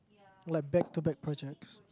like back to back projects